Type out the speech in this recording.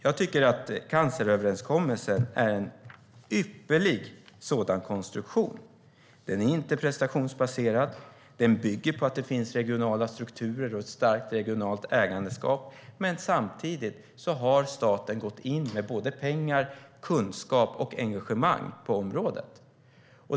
Jag tycker att canceröverenskommelsen är en ypperlig sådan konstruktion. Den är inte prestationsbaserad. Den bygger på att det finns regionala strukturer och ett starkt regionalt ägandeskap. Samtidigt har staten gått in med både pengar, kunskap och engagemang på området.